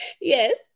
Yes